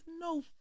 no